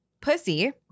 pussy